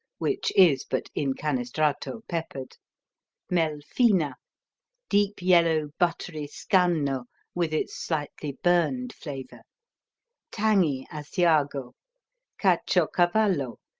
which is but incanestrato peppered mel fina deep-yellow, buttery scanno with its slightly burned flavor tangy asiago caciocavallo,